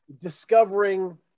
discovering